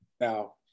Now